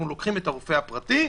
אנחנו לוקחים את הרופא הפרטי.